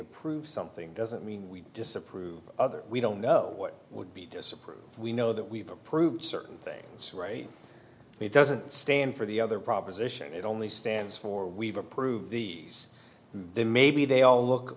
approve something doesn't mean we disapprove other we don't know what would be disapproved we know that we've approved certain things right it doesn't stand for the other proposition it only stands for we've approved the then maybe they all look